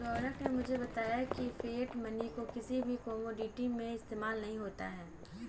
रौनक ने मुझे बताया की फिएट मनी को किसी भी कोमोडिटी में इस्तेमाल नहीं होता है